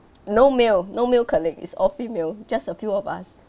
no male no male colleague is all female just a few of us